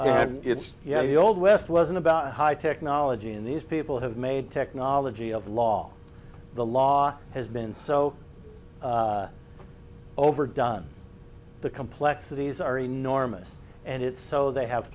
think it's yeah the old west wasn't about high technology and these people have made technology of law the law has been so overdone the complexities are enormous and it's so they have